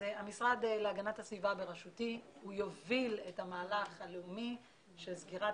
המשרד להגנת הסביבה בראשותי יוביל את המהלך הלאומי של סגירת